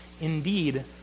Indeed